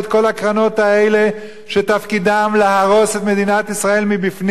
הקרנות האלה שתפקידן להרוס את מדינת ישראל מבפנים,